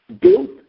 built